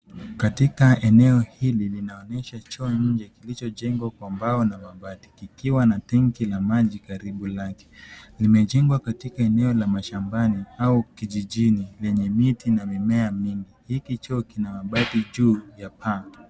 Katika eneo hili, linaonyesha choo nje, kilichojengwa kwa mbao na mabati kikiwa na tenki la maji karibu lake. Limejengwa katika eneo la mashambani au kijijini lenye miti na mimea mingi. Hiki choo kina mabati juu ya paa.